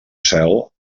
zel